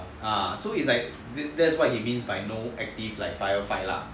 ah so is like that what it means by you know like active fire fight lah